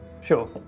Sure